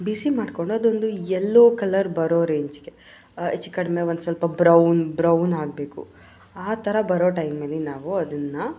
ಬಿಸಿ ಮಾಡಿಕೊಂಡು ಅದೊಂದು yellow colour ಬರೋ ರೇಂಜಿಗೆ ಹೆಚ್ಚು ಕಡಿಮೆ ಒಂದು ಸ್ವಲ್ಪ ಬ್ರೌನ್ ಬ್ರೌನ್ ಆಗಬೇಕು ಆ ಥರ ಬರೋ ಟೈಮಲ್ಲಿ ನಾವು ಅದನ್ನು